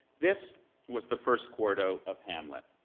this was the first quarto of hamlet,